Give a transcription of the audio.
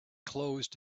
closed